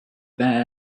that